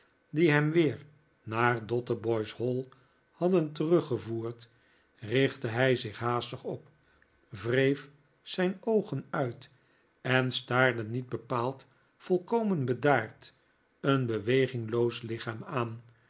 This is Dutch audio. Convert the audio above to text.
die hem weer naar dotheboys hall hadden terug gevoerd richtte hij zich haastig op wreef zijn oogen uit en staarde niet bepaald volkomen bedaard een bewegingloos lichaam aan